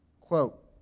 Quote